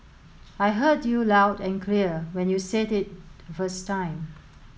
I heard you loud and clear when you said it first time